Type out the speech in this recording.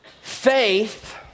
Faith